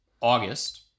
August